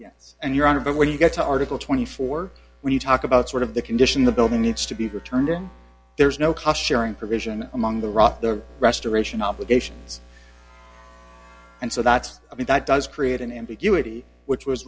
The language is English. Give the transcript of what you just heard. yes and your honor but when you get to article twenty four when you talk about sort of the condition the bill needs to be returned there's no cost sharing provision among the rocks the restoration obligations and so that's i mean that does create an ambiguity which was